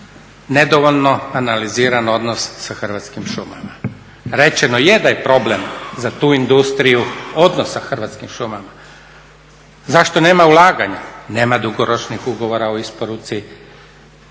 Nedovoljno analiziran odnos sa Hrvatskim šumama. Rečeno je da je problem za tu industriju odnos sa Hrvatskim šumama, zašto nema ulaganja, nema dugoročnih ugovora o isporuci